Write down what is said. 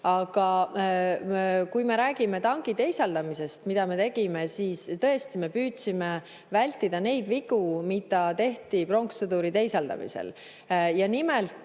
Aga kui me räägime tanki teisaldamisest, mida me tegime, siis tõesti, me püüdsime vältida neid vigu, mida tehti pronkssõduri teisaldamisel. Nimelt